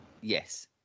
Yes